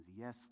Yes